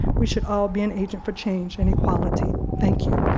we should all be an agent for change in equality. thank you.